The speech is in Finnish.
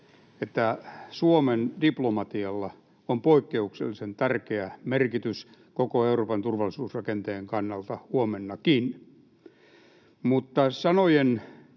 että Suomen diplomatialla on poikkeuksellisen tärkeä merkitys koko Euroopan turvallisuusrakenteen kannalta huomennakin. Mutta sanojen